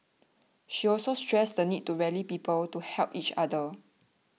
she also stressed the need to rally people to help each other